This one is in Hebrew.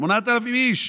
8,000 איש.